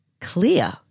clear